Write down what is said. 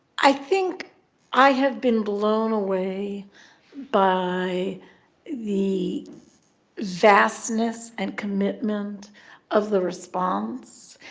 i think i have been blown away by the vastness and commitment of the response.